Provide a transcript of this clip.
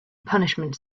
punishment